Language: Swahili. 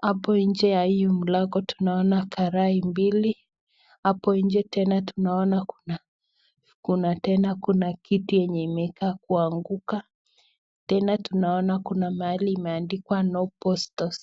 hapo nje ya hii mlango tunaona karai mbili, hapo nje tena tunaona kuna tena kiti yenye imekaa kuanguka, tena tunaona kuna mahali imeandikwa no posters .